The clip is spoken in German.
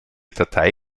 datei